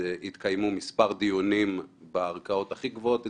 התקיימו מספר דיונים בערכאות הכי גבוהות אצלנו,